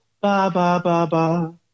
ba-ba-ba-ba